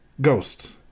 ghosts